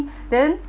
then